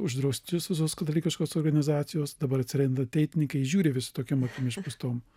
uždraustos visos katalikiškos organizacijos dabar atsiranda ateitininkai žiūri visi tokiom akim išpūstom